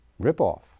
ripoff